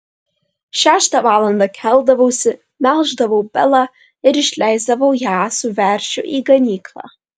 šeštą valandą keldavausi melždavau belą ir išleisdavau ją su veršiu į ganyklą